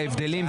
ההבדלים,